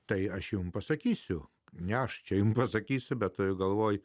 tai aš jums pasakysiu nes čia jums pasakysiu bet toje galvoje